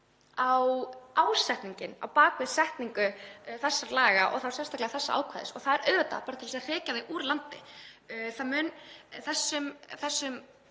á ásetninginn á bak við setningu þessara laga og þá sérstaklega þessa ákvæðis. Það er auðvitað bara til þess að hrekja þau úr landi. Það að svipta